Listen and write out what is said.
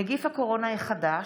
נגיף הקורונה החדש),